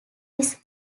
his